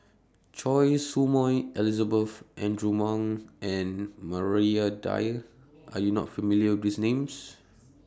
Choy Su Moi Elizabeth Andrew Ang and Maria Dyer Are YOU not familiar with These Names